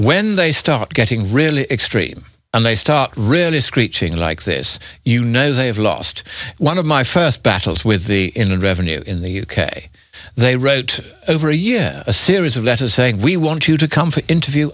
when they start getting really extreme and they start really screeching like this you know they have lost one of my first battles with the in the revenue in the u k they wrote over a year a series of letters saying we want you to come for interview